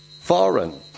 Foreign